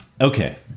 Okay